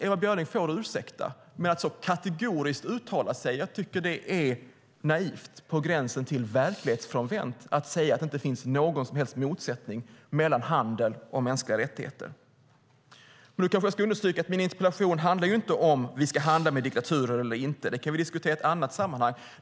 Ewa Björling får ursäkta, men jag tycker att det är naivt, på gränsen till verklighetsfrånvänt, att uttala sig så kategoriskt och säga att det inte finns någon som helst motsättning mellan handel och mänskliga rättigheter. Jag kanske ska understryka att min interpellation inte handlar om huruvida vi ska handla med diktaturer eller inte. Det kan vi diskutera i ett annat sammanhang.